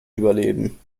überleben